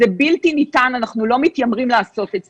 זה בלתי-ניתן אנחנו לא מתיימרים לעשות את זה.